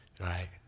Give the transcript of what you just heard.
right